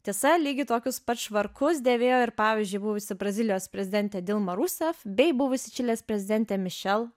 tiesa lygiai tokius pat švarkus dėvėjo ir pavyzdžiui buvusi brazilijos prezidentė dilma rusef bei buvusi čilės prezidentė mišel